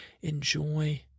Enjoy